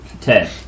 Ten